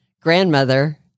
grandmother